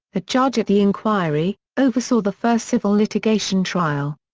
the judge at the inquiry, oversaw the first civil litigation trial.